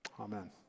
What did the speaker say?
Amen